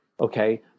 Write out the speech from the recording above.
Okay